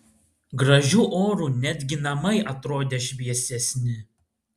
gražiu oru netgi namai atrodė šviesesni